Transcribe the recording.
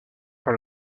par